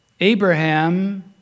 Abraham